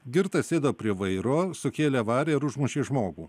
girtas sėdo prie vairo sukėlė avariją ir užmušė žmogų